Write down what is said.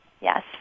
Yes